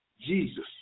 Jesus